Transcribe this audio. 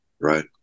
Right